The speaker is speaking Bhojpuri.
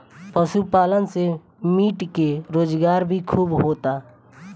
पशुपालन से मीट के रोजगार भी खूब होता